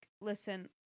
listen